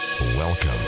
Welcome